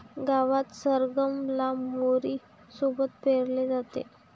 गावात सरगम ला मोहरी सोबत पेरले जाते